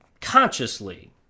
consciously